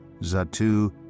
Zatu